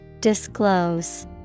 Disclose